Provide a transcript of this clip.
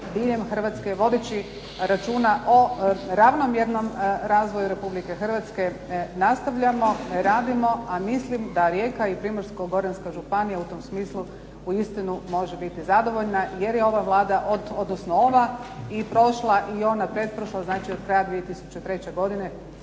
diljem Hrvatske vodeći računa o ravnomjernom razvoju Republike Hrvatske nastavljamo, radimo a mislim da Rijeka i Primorsko-goranska županija u tom smislu uistinu može biti zadovoljna jer je ova Vlada odnosno ova i prošla, i ona pretprošla znači od kraja 2003. godine